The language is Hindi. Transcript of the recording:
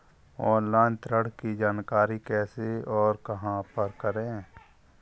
ऑनलाइन ऋण की जानकारी कैसे और कहां पर करें?